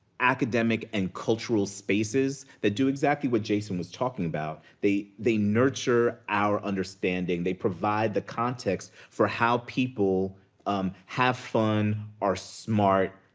academic and cultural spaces that do exactly what jason was talking about. they they nurture our understanding, they provide the context for how people um have fun, are smart,